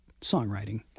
songwriting